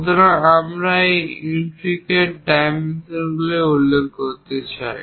সুতরাং আমরা সেই ইনট্রিকেট ডাইমেনশনগুলিও উল্লেখ করতে চাই